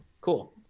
Cool